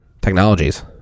technologies